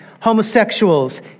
homosexuals